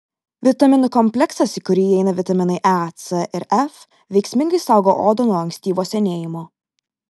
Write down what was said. vitaminų kompleksas į kurį įeina vitaminai e c ir f veiksmingai saugo odą nuo ankstyvo senėjimo